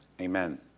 amen